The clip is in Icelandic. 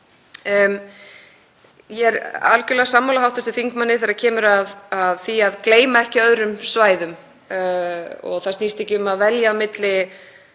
Ég er algerlega sammála hv. þingmanni þegar kemur að því að gleyma ekki öðrum svæðum. Þetta snýst ekki um að velja á milli